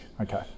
Okay